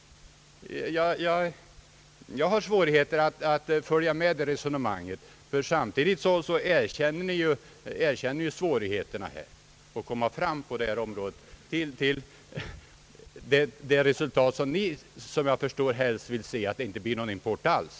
Jag har svårt att följa med resonemanget, ty samtidigt erkänner ni hur besvärligt det är att komma fram till det resultat som jag förstår att ni helst vill se — att det inte blir någon import alls.